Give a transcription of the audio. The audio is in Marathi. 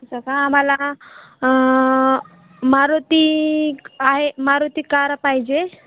असं का आम्हाला मारुती आहे मारुती कार पाहिजे